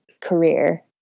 career